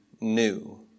new